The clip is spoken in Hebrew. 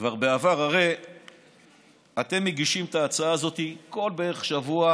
כבר בעבר, אתם מגישים את ההצעה הזאת בערך כל שבוע